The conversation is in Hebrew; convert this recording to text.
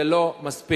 זה לא מספיק.